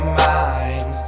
mind